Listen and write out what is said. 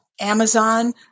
Amazon